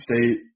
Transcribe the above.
State